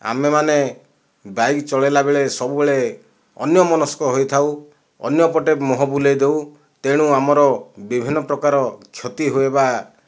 ଆମେମାନେ ବାଇକ ଚଳେଇଲା ବେଳେ ସବୁବେଳେ ଅନ୍ୟମନସ୍କ ହୋଇଥାଉ ଅନ୍ୟପଟେ ମୁଁହ ବୁଲେଇଦେଉ ତେଣୁ ଆମର ବିଭିନ୍ନ ପ୍ରକାର କ୍ଷତି ହୁଏ ବା